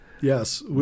Yes